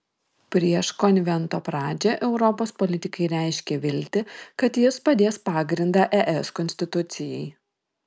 prieš konvento pradžią europos politikai reiškė viltį kad jis padės pagrindą es konstitucijai